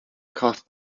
caused